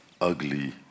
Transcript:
ugly